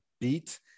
beat